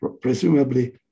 presumably